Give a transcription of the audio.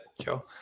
Joe